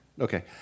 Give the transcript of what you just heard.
Okay